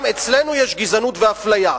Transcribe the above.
גם אצלנו יש גזענות ואפליה,